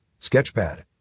sketchpad